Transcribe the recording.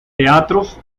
teatros